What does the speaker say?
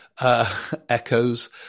echoes